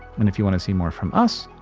and if you want to see more from us,